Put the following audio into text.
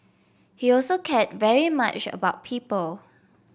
he also cared very much about people